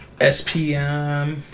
SPM